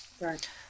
Right